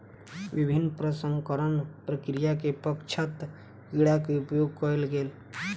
विभिन्न प्रसंस्करणक प्रक्रिया के पश्चात कीड़ा के उपयोग कयल गेल